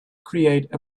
create